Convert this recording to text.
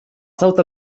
صوت